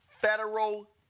federal